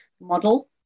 model